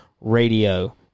Radio